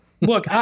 look